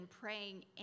praying